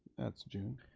that's june.